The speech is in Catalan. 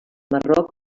marroc